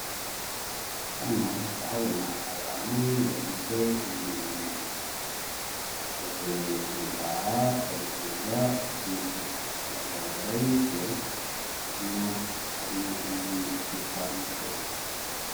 Hano ndahabona abantu bafite ibintu mu ntoki, bavuye kubihaha bari kuza kwishyura, biragaragara y'uko hano ari muri supermarket.